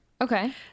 Okay